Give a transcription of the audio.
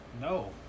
No